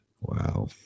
Wow